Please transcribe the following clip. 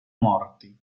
morti